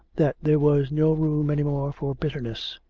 that there was no room any more for bitterness.